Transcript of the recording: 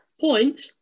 Point